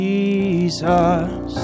Jesus